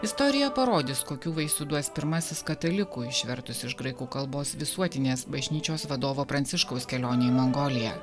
istorija parodys kokių vaisių duos pirmasis katalikų išvertus iš graikų kalbos visuotinės bažnyčios vadovo pranciškaus kelionė į mongoliją